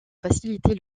facilité